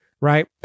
Right